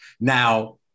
now